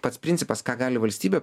pats principas ką gali valstybė